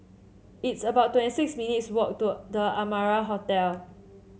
it's about twenty six minutes' walk to The Amara Hotel